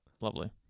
lovely